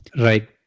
right